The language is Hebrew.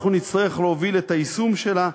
אנחנו נצטרך להוביל את היישום שלה.